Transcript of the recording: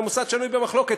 ומוסד שנוי במחלוקת,